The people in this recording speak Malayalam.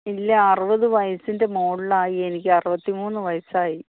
ഇല്ല അറുപത് വയസ്സിൻ്റെ മുകളിലായി എനിക്ക് അറുപത്തി മൂന്ന് വയസ്സായി